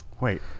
wait